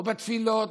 לא בתפילות,